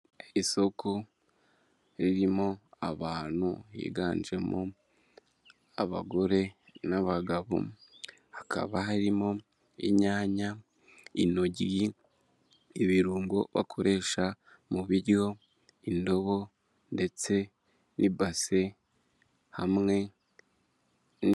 Isoko ririmo abantu higanjemo abagore n'abagabo, hakaba harimo inyanya, intoryi, ibirungo bakoresha mu ndobo ndetse n'ibase hamwe...